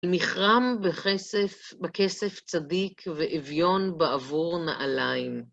נחרם בכסף צדיק ואוויון בעבור נעליים.